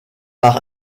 par